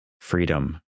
freedom